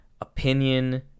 opinion